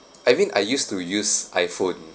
I mean I used to use I_phone